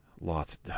Lots